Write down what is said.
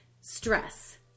stress